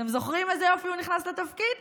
אתם זוכרים איזה יופי הוא נכנס לתפקיד?